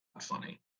funny